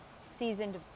seasoned